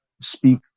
speak